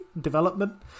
development